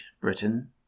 Britain